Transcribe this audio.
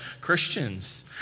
Christians